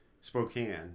Spokane